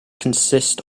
consist